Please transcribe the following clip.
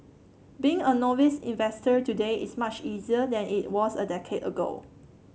being a novice investor today is much easier than it was a decade ago